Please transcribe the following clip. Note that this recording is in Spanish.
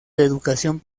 educación